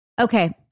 Okay